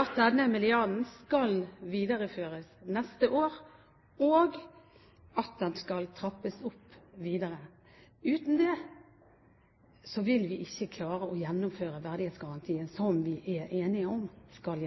at denne milliarden skal videreføres neste år, og at den skal trappes opp videre? Uten det vil vi ikke klare å gjennomføre verdighetsgarantien, som vi er enige om skal